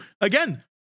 Again